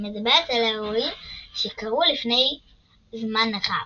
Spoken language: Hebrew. שמדברת על אירועים שקרו לפני זמן רב.